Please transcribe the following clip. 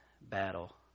battle